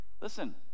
Listen